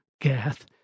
Gath